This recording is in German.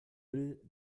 will